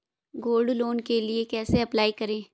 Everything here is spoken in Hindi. गोल्ड लोंन के लिए कैसे अप्लाई करें?